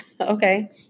Okay